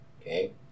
okay